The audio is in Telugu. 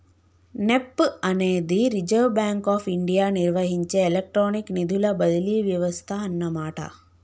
నెప్ప్ అనేది రిజర్వ్ బ్యాంక్ ఆఫ్ ఇండియా నిర్వహించే ఎలక్ట్రానిక్ నిధుల బదిలీ వ్యవస్థ అన్నమాట